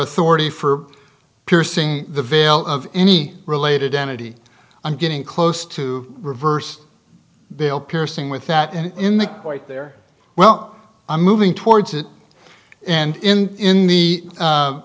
authority for piercing the veil of any related entity i'm getting close to reverse bill piercing with that and in the quite there well i'm moving towards it and in in the